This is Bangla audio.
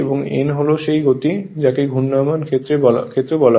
এবং n হল সেই গতি যাকে ঘূর্ণায়মান ক্ষেত্র বলে